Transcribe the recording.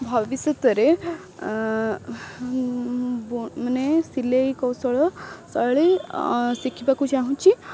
ଭବିଷ୍ୟତରେ ମାନେ ସିଲେଇ କୌଶଳ ଶୈଳୀ ଶିଖିବାକୁ ଚାହୁଁଛି